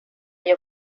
ello